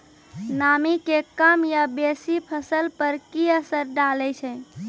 नामी के कम या बेसी फसल पर की असर डाले छै?